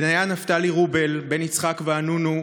בניה נפתלי רובל, בן יצחק וענונו,